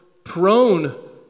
Prone